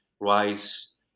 rise